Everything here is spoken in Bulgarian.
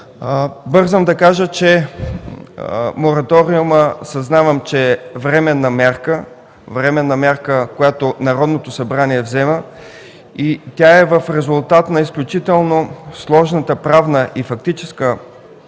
Съзнавам, че мораториумът е временна мярка, която Народното събрание взема. Тя е в резултат на изключително сложната правна и фактическа